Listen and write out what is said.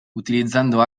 utilizzando